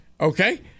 Okay